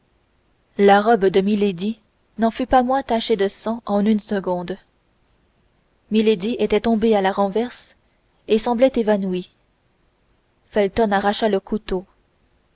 la robe de milady n'en fut pas moins tachée de sang en une seconde milady était tombée à la renverse et semblait évanouie felton arracha le couteau